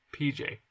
PJ